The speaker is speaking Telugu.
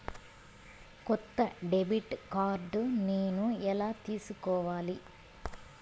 కొత్త డెబిట్ కార్డ్ నేను ఎలా తీసుకోవాలి?